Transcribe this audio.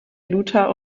luther